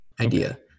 idea